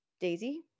Daisy